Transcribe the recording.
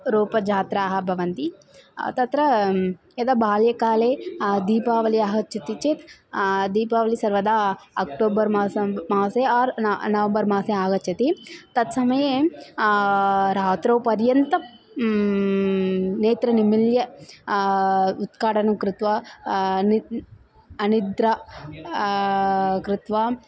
रोपयात्राः भवन्ति तत्र यदा बाल्यकाले दीपावलिः आगच्छति चेत् दीपावलिः सर्वदा अक्टोबर् मासे मासे आर् नवम्बर् मासे आगच्छति तत्समये रात्रौपर्यन्तं नेत्रं निमिल्य उत्काडनं कृत्वा अनिद्रा कृत्वा